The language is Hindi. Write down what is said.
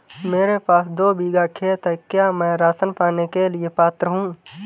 मेरे पास दो बीघा खेत है क्या मैं राशन पाने के लिए पात्र हूँ?